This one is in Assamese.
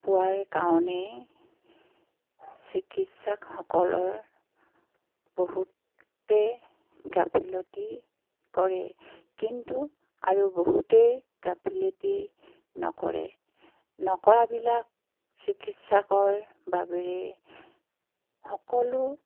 পোৱাৰ কাৰণেই চিকিৎসাকসকলৰ বহুতে গাফিলতি কৰে কিন্তু আৰু বহুতেই গাফিলতি নকৰে নকৰাবিলাক চিকিৎসাকৰ বাবেৰে সকলো